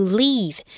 leave